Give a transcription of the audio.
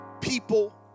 people